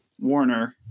Warner